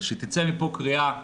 אבל שתצא מפה קריאה,